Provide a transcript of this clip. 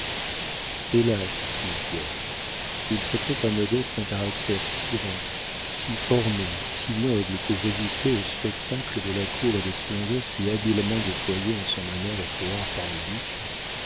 hélas melchior il faudrait à modeste un caractère si grand si formé si noble pour résister au spectacle de la cour et des splendeurs si habilement déployées en son honneur et gloire par le duc